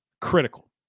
critical